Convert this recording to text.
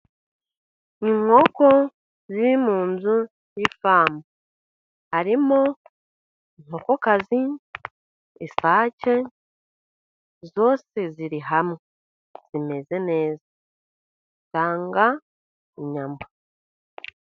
Inkoko ziri munzu y'ifamu, harimo inkokokazi, isake, zose ziri hamwe zimeze neza, zitanga inyama.